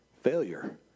failure